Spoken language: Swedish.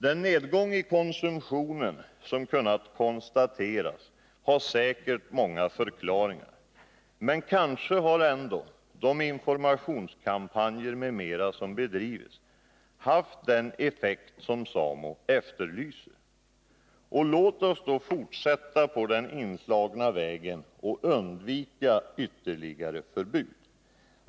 Den nedgång i alkoholkonsumtionen som kunnat konstateras har säkert många förklaringar, men kanske har ändå de informationskampanjer m.m. som bedrivits haft den effekt som SAMO efterlyst. Låt oss därför fortsätta på den inslagna vägen och undvika ytterligare förbud!